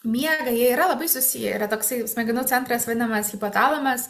miegą jie yra labai susiję yra toksai smegenų centras vadinamas hipotalamas